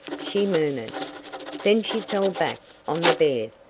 she murmured. then she fell back on the bed,